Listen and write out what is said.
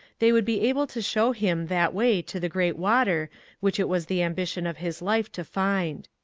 they would be able to show him that way to the great water which it was the ambition of his life to find.